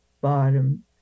bottom